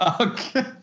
Okay